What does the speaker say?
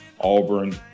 Auburn